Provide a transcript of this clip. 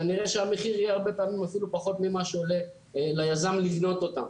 כנראה שהמחיר יהיה הרבה פעמים אפילו פחות ממה שעולה ליזם לבנות אותה.